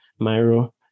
Myro